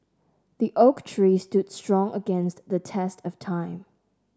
the oak tree stood strong against the test of time